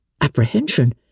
apprehension